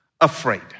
afraid